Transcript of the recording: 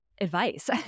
advice